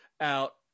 out